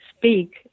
Speak